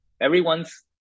everyone's